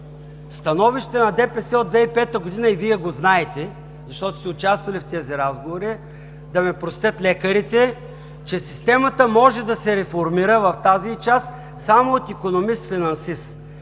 становище на ДПС от 2005 г., и Вие го знаете, защото сте участвали в тези разговори, да ме простят лекарите, се казва, че системата може да се реформира в тази й част само от икономистфинансист.